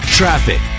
traffic